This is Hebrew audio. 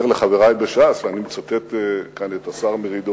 אומר לחברי בש"ס, ואני מצטט כאן את השר מרידור.